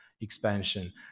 expansion